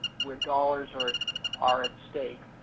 where dollars are are at stake